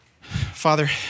Father